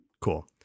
Cool